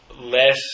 less